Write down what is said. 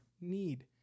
need